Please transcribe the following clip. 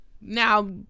Now